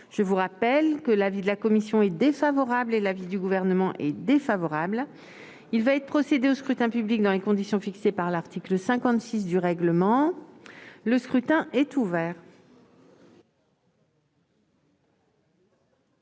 Je rappelle que l'avis de la commission est favorable et que celui du Gouvernement est défavorable. Il va être procédé au scrutin dans les conditions fixées par l'article 56 du règlement. Le scrutin est ouvert.